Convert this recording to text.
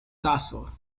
castle